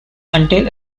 until